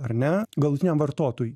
ar ne galutiniam vartotojui